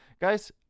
Guys